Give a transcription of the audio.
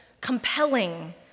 compelling